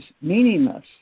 meaningless